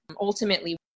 ultimately